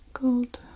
gold